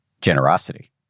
generosity